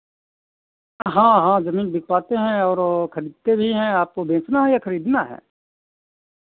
हाँ हाँ ज़मीन बिकवाते हैं और वो खरीदते भी हैं आपको बेचना है या खरीदना है